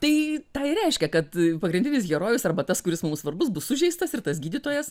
tai tą ir reiškia kad pagrindinis herojus arba tas kuris mums svarbus bus sužeistas ir tas gydytojas